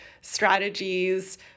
strategies